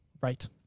Right